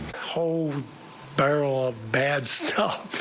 whole barrel of bad stuff.